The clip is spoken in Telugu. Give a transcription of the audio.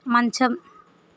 మంచం